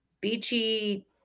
beachy